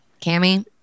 Cammy